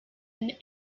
and